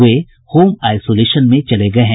वे home isolation में चले गये हैं